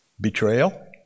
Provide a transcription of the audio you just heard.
Betrayal